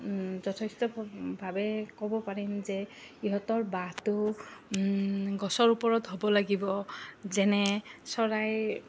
যথেষ্টভাৱে ক'ব পাৰিম যে ইহঁতৰ বাঁহটো গছৰ ওপৰত হ'ব লাগিব যেনে চৰাই